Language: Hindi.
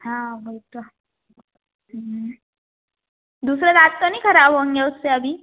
हाँ वही तो दूसरे दाँत तो नहीं खराब होंगे उससे अभी